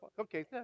okay